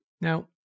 Now